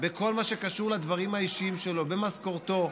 בכל מה שקשור לדברים האישיים שלו, במשכורתו.